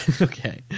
Okay